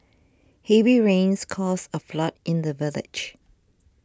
heavy rains caused a flood in the village